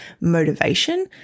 motivation